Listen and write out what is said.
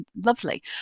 lovely